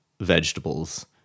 vegetables